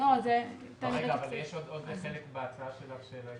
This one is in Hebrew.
אבל יש עוד חלק בהצעה שלך.